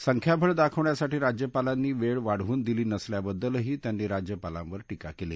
संख्याबळ दाखवण्यासाठी राज्यपालांनी वेळ वाढवून दिली नसल्याबद्दलही त्यांनी राज्यपालांवर टीका केली